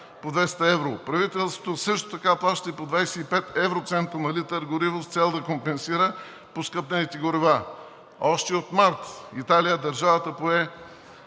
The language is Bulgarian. по 200 евро. Правителството също така плаща и по 25 евроцента на литър гориво с цел да компенсира поскъпналите горива. Още от март в Италия държавата пое